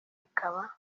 ikaba